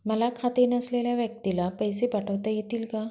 Bank खाते नसलेल्या व्यक्तीला पैसे पाठवता येतील का?